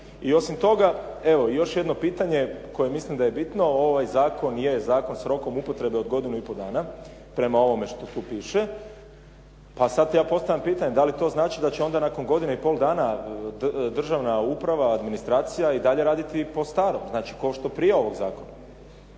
I osim toga evo još jedno pitanje koje mislim da je bitno. Ovaj zakon je zakon s rokom upotrebe od godinu i pol dana prema ovome što tu piše, pa sad ja postavljam pitanje da li to znači da će onda nakon godine i pol dana državna uprava, administracija i dalje raditi po starom znači kao što prije ovog zakona.